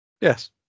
Yes